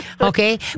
Okay